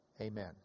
Amen